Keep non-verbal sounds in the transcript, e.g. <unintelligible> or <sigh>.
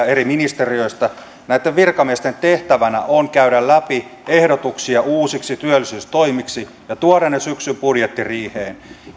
<unintelligible> eri ministeriöistä näitten virkamiesten tehtävänä on käydä läpi ehdotuksia uusiksi työllisyystoimiksi ja tuoda ne syksyn budjettiriiheen